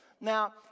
Now